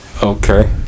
Okay